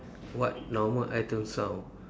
what normal item sound